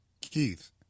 Keith